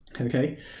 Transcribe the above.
Okay